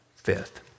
fifth